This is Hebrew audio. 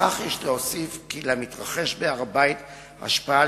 לכך יש להוסיף כי למתרחש בהר-הבית השפעה על